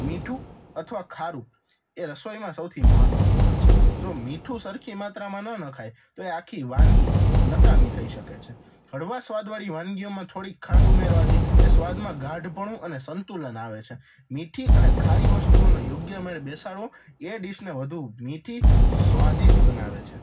મીઠું અથવા ખારું એ રસોઈમાં સૌથી મહત્વપૂર્ણ છે જો મીઠું સરખી માત્રામાં ન નખાય તો એ આખી વાનગી નકામી થઈ શકે છે હળવા સ્વાદ વાળી વાનગીઓમાં થોડી ખાંડ ઉમેરવાથી એ સ્વાદમાં ગાઢપણું અને સંતુલન આવે છે મીઠી અને ખારી વસ્તુઓનો યોગ્ય મેળ બેસાડવો એ ડીશને વધુ મીઠી સ્વાદિષ્ટ બનાવે છે